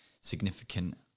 significant